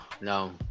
no